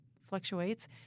fluctuates